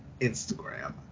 Instagram